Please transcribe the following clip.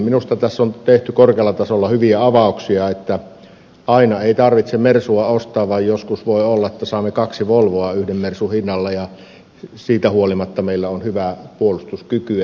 minusta tässä on tehty korkealla tasolla hyviä avauksia että aina ei tarvitse mersua ostaa vaan joskus voi olla että saamme kaksi volvoa yhden mersun hinnalla ja siitä huolimatta meillä on hyvä puolustuskyky